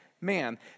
man